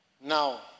Now